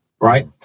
Right